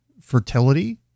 fertility